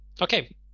okay